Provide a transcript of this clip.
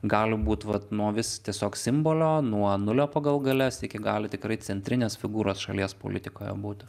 gali būt vat nuo vis tiesiog simbolio nuo nulio pagal galias iki galių tikrai centrinės figūros šalies politikoje būtų